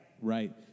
Right